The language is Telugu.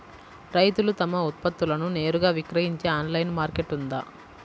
రైతులు తమ ఉత్పత్తులను నేరుగా విక్రయించే ఆన్లైను మార్కెట్ ఉందా?